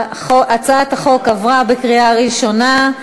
הצעת החוק עברה בקריאה ראשונה,